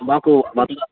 మాకు మాకు